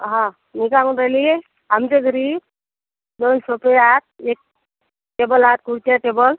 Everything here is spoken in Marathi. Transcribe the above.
हां मी काय म्हणून राहिली आमच्या घरी दोन सोफे हात एक टेबल हात खुर्चीय टेबल